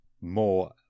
more